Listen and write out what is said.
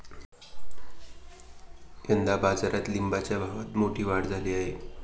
यंदा बाजारात लिंबाच्या भावात मोठी वाढ झाली आहे